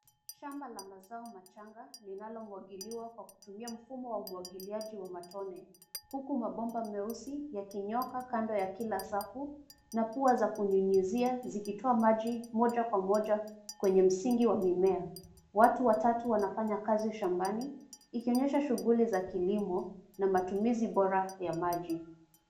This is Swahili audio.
Shamba la mazao machanga linalomwagiliwa kwa kutumia mfumo wa umwagiliaji wa matone. Huku mabomba meusi yakinyooka kando ya kila safu, na kuwa za kunyunyizia zikitoa maji moja kwa moja kwenye msingi wa mimea. Watu watatu wanafanya kazi shambani ikionyesha shughuli za kilimo na matumizi bora ya maji.